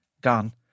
gone